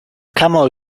camel